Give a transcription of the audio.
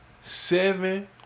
seven